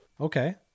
Okay